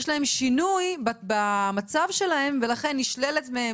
יש להם שינוי במצב שלהם ולכן נשללת מהם